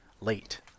late